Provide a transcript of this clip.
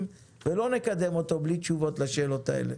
ולא נקדם אותו בלי תשובות לשאלות הללו.